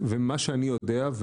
ומה שאני יודע,